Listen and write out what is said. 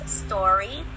story